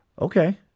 Okay